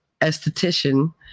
esthetician